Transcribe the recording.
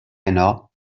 heno